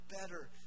better